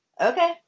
Okay